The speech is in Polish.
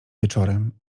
wieczorem